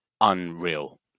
unreal